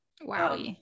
Wow